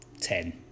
ten